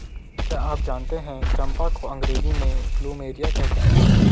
क्या आप जानते है चम्पा को अंग्रेजी में प्लूमेरिया कहते हैं?